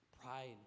Pride